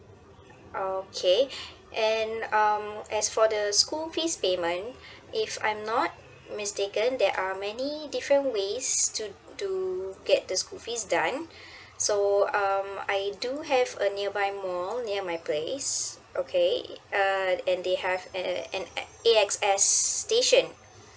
okay and um as for the school fees payment if I'm not mistaken that are many different ways to to get the school fees done so um I do have a nearby mall near my place okay uh and they have uh an A_X_S station